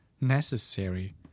necessary